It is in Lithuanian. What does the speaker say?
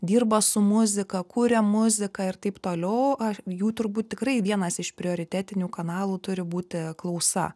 dirba su muzika kuria muziką ir taip toliau ar jų turbūt tikrai vienas iš prioritetinių kanalų turi būti klausa